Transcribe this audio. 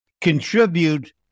contribute